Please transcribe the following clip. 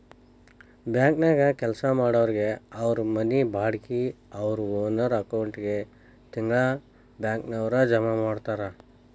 ಬ್ಯಾಂಕನ್ಯಾಗ್ ಕೆಲ್ಸಾ ಮಾಡೊರಿಗೆ ಅವ್ರ್ ಮನಿ ಬಾಡ್ಗಿ ಅವ್ರ್ ಓನರ್ ಅಕೌಂಟಿಗೆ ತಿಂಗ್ಳಾ ಬ್ಯಾಂಕ್ನವ್ರ ಜಮಾ ಮಾಡ್ತಾರ